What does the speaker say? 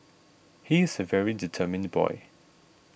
he is a very determined boy